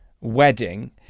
wedding